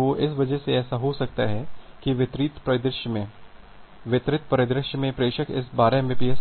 तो इस वजह से ऐसा हो सकता है कि वितरित परिदृश्य में प्रेषक इस 12 एमबीपीएस